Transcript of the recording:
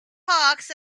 hawks